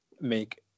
make